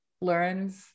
learns